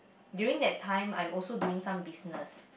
during that time I'm also doing some business